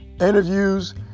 interviews